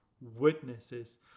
witnesses